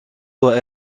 doit